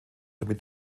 damit